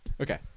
Okay